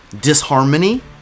disharmony